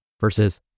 versus